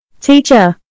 Teacher